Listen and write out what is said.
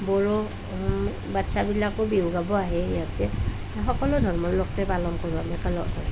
বড়ো বাচ্চাবিলাকেও বিহু গাব আহে সিহঁতে সকলো ধৰ্মৰ লোকে পালন কৰোঁ আমি একেলগে